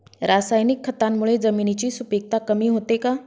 रासायनिक खतांमुळे जमिनीची सुपिकता कमी होते का?